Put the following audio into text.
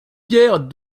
pierre